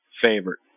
favorite